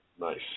Nice